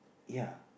ya